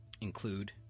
include